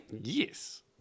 Yes